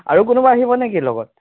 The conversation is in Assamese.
আৰু কোনোবা আহিব নে কি লগত